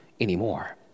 anymore